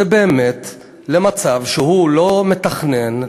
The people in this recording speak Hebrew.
זה באמת למצב שהוא לא מתכנן,